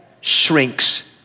shrinks